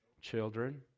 children